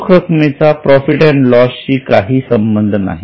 रोख रक्कमेचा profit and loss शी काही संबंध नाही